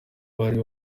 bari